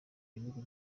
bihugu